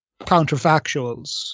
counterfactuals